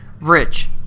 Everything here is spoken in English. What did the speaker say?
Rich